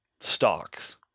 stocks